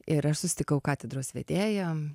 ir aš susitikau katedros vedėją